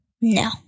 No